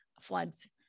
floods